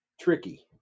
tricky